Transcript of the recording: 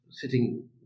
sitting